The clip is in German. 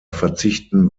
verzichten